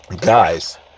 guys